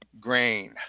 grain